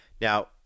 Now